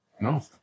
No